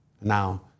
Now